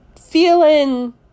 feeling